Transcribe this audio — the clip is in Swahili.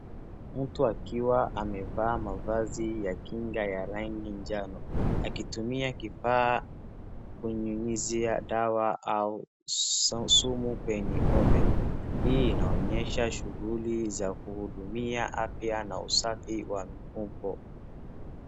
Mtu akiwa amevaa mavazi ya kinga ya rangi njano, akitumia kifaa cha kunyunyizia dawa au sumu kwenye ng'ombe. Hii inaonyesha shughuli za kuhudumia afya na usafi wa mifugo.